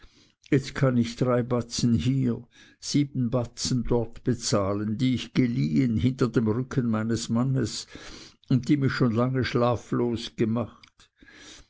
jetzt kann ich drei batzen hier sieben batzen dort bezahlen die ich geliehen hinter dem rücken meines mannes und die mich schon lange schlaflos gemacht